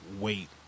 wait